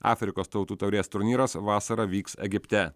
afrikos tautų taurės turnyras vasarą vyks egipte